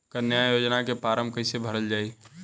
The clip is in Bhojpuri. कन्या योजना के फारम् कैसे भरल जाई?